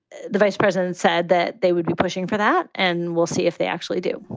the vice president said that they would be pushing for that. and we'll see if they actually do